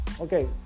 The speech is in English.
Okay